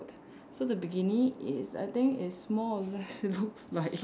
so the bikini is I think is more or less looks like